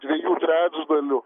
dviejų trečdalių